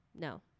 no